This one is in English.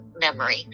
memory